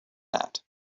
that